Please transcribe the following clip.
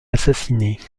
assassinée